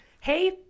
Hey